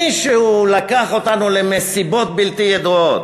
מישהו לקח אותנו למסיבות בלתי ידועות.